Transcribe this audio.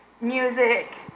music